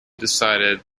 decided